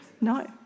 No